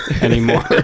anymore